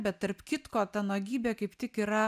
bet tarp kitko ta nuogybė kaip tik yra